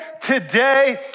today